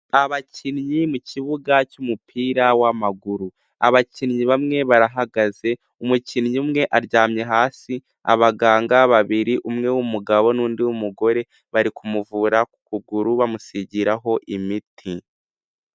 Abakinnyi mu kibuga cy'umupira w'amaguru, abakinnyi bamwe barahagaze, umukinnyi umwe aryamye hasi, abaganga babiri umwe w'umugabo n'ndi mugore, bari kumuvura ku kuguru bamusigiraho imiti.